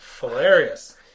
hilarious